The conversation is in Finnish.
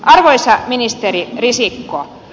arvoisa ministeri risikko